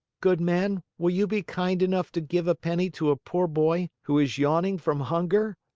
good man, will you be kind enough to give a penny to a poor boy who is yawning from hunger?